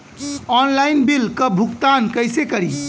Online bill क भुगतान कईसे करी?